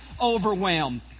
Overwhelmed